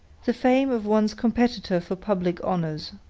the fame of one's competitor for public honors.